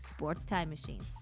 SportsTimeMachine